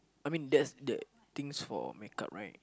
I mean that's the things for make up right